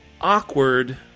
awkward